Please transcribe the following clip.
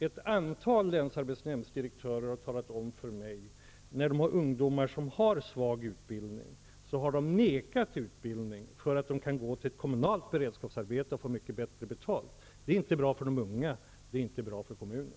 Ett antal länsarbetsnämndsdirektörer har talat om för mig att det förekommit att ungdomar med svag utbildning har vägrat att gå in i utbildning därför att de kunnat få ett kommunalt beredskapsarbete och få mycket bättre betalt. Det är inte bra vare sig för de unga eller för kommunen.